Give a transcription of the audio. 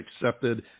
accepted